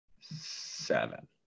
seven